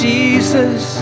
Jesus